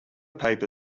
paper